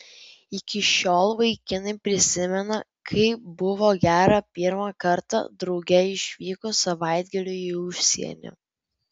iki šiol vaikinai prisimena kaip buvo gera pirmą kartą drauge išvykus savaitgaliui į užsienį